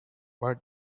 but